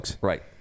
Right